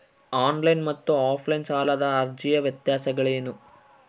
On line ಮತ್ತು offline ಸಾಲದ ಅರ್ಜಿಯ ವ್ಯತ್ಯಾಸಗಳೇನು?